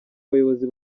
bayobozi